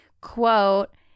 quote